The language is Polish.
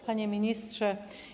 Panie Ministrze!